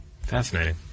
Fascinating